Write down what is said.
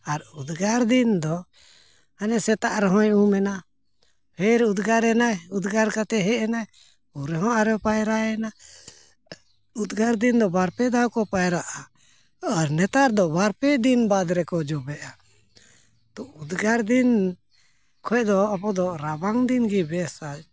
ᱟᱨ ᱩᱫᱽᱜᱟᱹᱨ ᱫᱤᱱ ᱫᱚ ᱦᱟᱱᱮ ᱥᱮᱛᱟᱜ ᱨᱮᱦᱚᱸᱭ ᱩᱢᱮᱱᱟ ᱯᱷᱮᱨ ᱩᱫᱽᱜᱟᱹᱨ ᱮᱱᱟᱭ ᱩᱫᱽᱜᱟᱹᱨ ᱠᱟᱛᱮ ᱦᱮᱡ ᱮᱱᱟᱭ ᱩᱱᱨᱮᱦᱚᱸ ᱟᱨᱚ ᱯᱟᱭᱨᱟᱭᱮᱱᱟ ᱩᱫᱽᱜᱟᱹᱨ ᱫᱤᱱ ᱫᱚ ᱵᱟᱨᱯᱮ ᱫᱷᱟᱣ ᱠᱚ ᱯᱟᱭᱨᱟᱜᱼᱟ ᱟᱨ ᱱᱮᱛᱟᱨ ᱫᱚ ᱵᱟᱨᱯᱮ ᱫᱤᱱ ᱵᱟᱫ ᱨᱮᱠᱚ ᱡᱚᱵᱮᱜᱼᱟ ᱛᱚ ᱩᱫᱽᱜᱟᱹᱨ ᱫᱤᱱ ᱠᱷᱚᱱ ᱫᱚ ᱟᱵᱚᱫᱚ ᱨᱟᱵᱟᱝ ᱫᱤᱱᱜᱮ ᱵᱮᱥᱟ